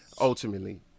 Ultimately